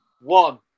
one